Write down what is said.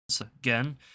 again